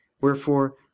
Wherefore